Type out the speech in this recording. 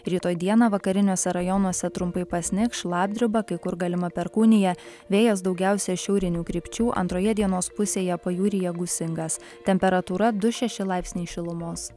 rytoj dieną vakariniuose rajonuose trumpai pasnigs šlapdriba kai kur galima perkūnija vėjas daugiausia šiaurinių krypčių antroje dienos pusėje pajūryje gūsingas temperatūra du šeši laipsniai šilumos